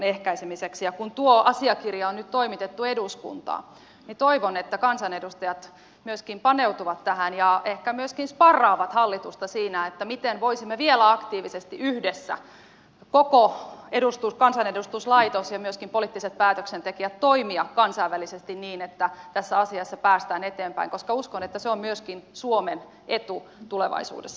ja kun tuo asiakirja on nyt toimitettu eduskuntaan niin toivon että kansanedustajat myöskin paneutuvat tähän ja ehkä myöskin sparraavat hallitusta siinä miten voisimme vielä aktiivisesti yhdessä koko kansanedustuslaitos ja myöskin poliittiset päätöksentekijät toimia kansainvälisesti niin että tässä asiassa päästään eteenpäin koska uskon että se on myöskin suomen etu tulevaisuudessa